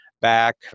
back